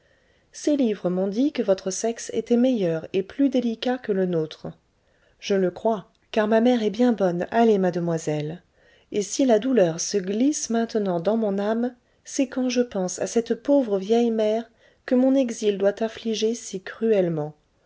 ces livres m'ont dit que votre sexe était meilleur et plus délicat que le nôtre je le crois car ma mère est bien bonne allez mademoiselle et si la douleur se glisse maintenant dans mon âme c'est quand je pense à cette pauvre vieille mère que mon exil doit affliger si cruellement